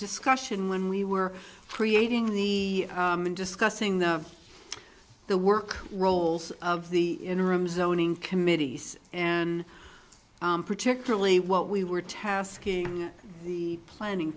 discussion when we were creating the discussing the the work roles of the interim zoning committees and particularly what we were tasking the planning